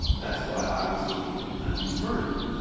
that's why i was looking at undue burden.